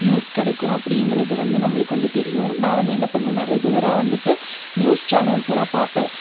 use கிடைக்கும் அப்படிங்கிறது வந்து நம்மளுக்கு வந்து தெரியும் நான் வந்து என்ன பண்ணுவேன்னால் ரெகுலராக வந்துட்டு நியூஸ் சேனல்ஸ்ஸெல்லாம் பார்ப்பேன்